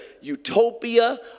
utopia